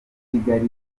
kigali